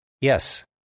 Yes